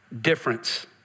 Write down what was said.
difference